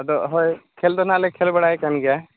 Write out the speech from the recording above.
ᱟᱫᱚ ᱦᱳᱭ ᱠᱷᱮᱞ ᱫᱚ ᱱᱟᱦᱟᱜᱞᱮ ᱠᱷᱮᱞ ᱵᱟᱲᱟᱭ ᱠᱟᱱᱜᱮᱭᱟ